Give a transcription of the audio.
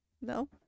No